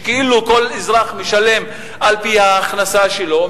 שכאילו כל אזרח משלם על-פי ההכנסה שלו,